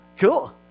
Cool